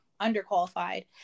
underqualified